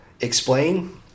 explain